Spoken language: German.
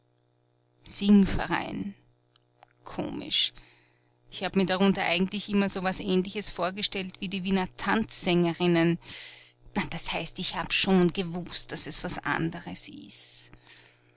singverein komisch ich hab mir darunter eigentlich immer so was ähnliches vorgestellt wie die wiener tanzsängerinnen das heißt ich hab schon gewußt daß es was anderes ist